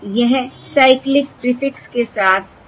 यह cyclic prefix के साथ ब्लॉक है